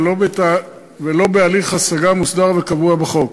ולא בהליך השגה מוסדר וקבוע בחוק.